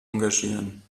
engagieren